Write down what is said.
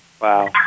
Wow